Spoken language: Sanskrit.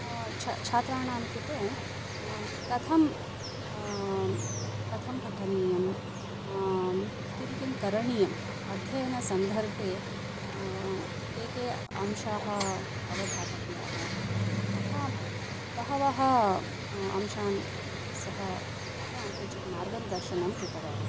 छात्राणां कृते कथं कथं पठनीयं किं किं करणीयम् अध्ययनसन्दर्भे के के अंशाः अवधातव्याः तथा बहवः अंशान् सः उक्त्वा किञ्चित् मार्गं दर्शनं कृतवान्